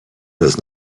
does